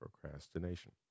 procrastination